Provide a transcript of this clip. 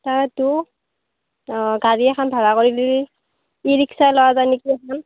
তাতো অ' গাড়ী এখন ভাৰা কৰি নিলে ই ৰিক্সা লাৱা যাই নেকি এখন